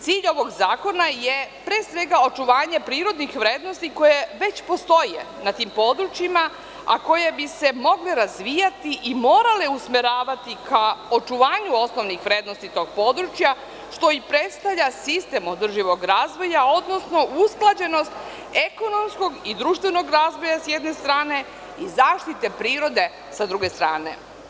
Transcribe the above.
Cilj ovog zakona je pre svega očuvanje prirodnih vrednosti koje većpostoje na tim područjima, a koje bi se mogle razvijati i morale usmeravati ka očuvanju okolnih vrednosti tog područja, što i predstavlja sistem održivog razvoja, odnosno usklađenost ekonomskog i društvenog razvoja, sa jedne strane, i zaštite prirode, sa druge strane.